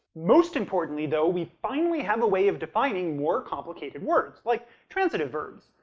most importantly, though, we finally have a way of defining more complicated words, like transitive verbs.